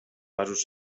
vasos